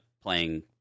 playing